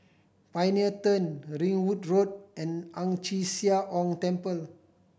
Pioneer Turn Ringwood Road and Ang Chee Sia Ong Temple